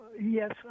Yes